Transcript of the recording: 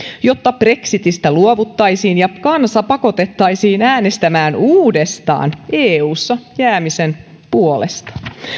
jotta brexitistä luovuttaisiin ja kansa pakotettaisiin äänestämään uudestaan euhun jäämisen puolesta